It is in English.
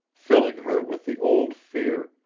filling her with the old fear,